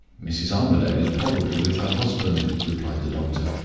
mrs. armadale is probably with her husband, replied the doctor.